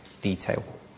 detail